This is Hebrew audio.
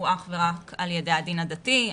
הוא אך ורק ע"י הדין הדתי,